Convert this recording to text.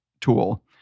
tool